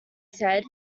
said